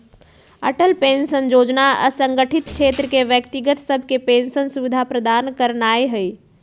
Atal pension जोजना असंगठित क्षेत्र के व्यक्ति सभके पेंशन सुविधा प्रदान करनाइ हइ